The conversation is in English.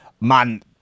man